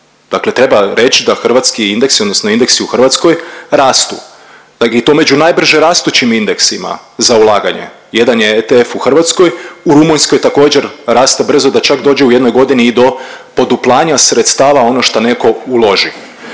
dakle treba reći da hrvatski indeksi odnosno indeksi u Hrvatskoj rastu i to među najbrže rastućim indeksima za ulaganje. Jedan je ETF u Hrvatskoj, u Rumunjskoj također raste brzo da čak dođe u jednoj godini i do poduplanja sredstava ono što neko uloži.